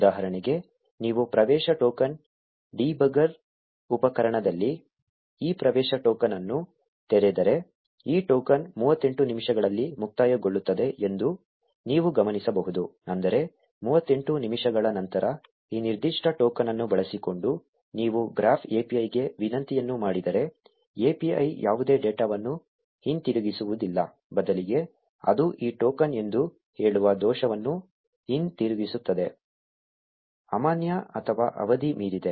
ಉದಾಹರಣೆಗೆ ನೀವು ಪ್ರವೇಶ ಟೋಕನ್ ಡೀಬಗರ್ ಉಪಕರಣದಲ್ಲಿ ಈ ಪ್ರವೇಶ ಟೋಕನ್ ಅನ್ನು ತೆರೆದರೆ ಈ ಟೋಕನ್ 38 ನಿಮಿಷಗಳಲ್ಲಿ ಮುಕ್ತಾಯಗೊಳ್ಳುತ್ತದೆ ಎಂದು ನೀವು ಗಮನಿಸಬಹುದು ಅಂದರೆ 38 ನಿಮಿಷಗಳ ನಂತರ ಈ ನಿರ್ದಿಷ್ಟ ಟೋಕನ್ ಅನ್ನು ಬಳಸಿಕೊಂಡು ನೀವು ಗ್ರಾಫ್ API ಗೆ ವಿನಂತಿಯನ್ನು ಮಾಡಿದರೆ API ಯಾವುದೇ ಡೇಟಾವನ್ನು ಹಿಂತಿರುಗಿಸುವುದಿಲ್ಲ ಬದಲಿಗೆ ಅದು ಈ ಟೋಕನ್ ಎಂದು ಹೇಳುವ ದೋಷವನ್ನು ಹಿಂತಿರುಗಿಸುತ್ತದೆ ಅಮಾನ್ಯ ಅಥವಾ ಅವಧಿ ಮೀರಿದೆ